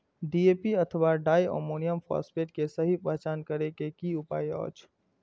DAP अथवा diammonium phosphate के सहि पहचान करे के कि उपाय अछि?